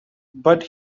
but